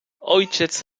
ojciec